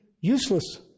useless